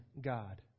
God